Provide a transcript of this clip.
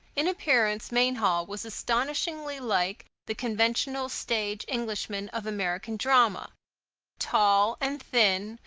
in appearance, mainhall was astonishingly like the conventional stage-englishman of american drama tall and thin,